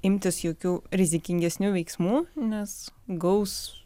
imtis jokių rizikingesnių veiksmų nes gaus